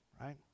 Right